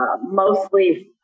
mostly